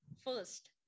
First